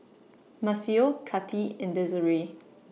Maceo Kati and Desirae